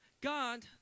God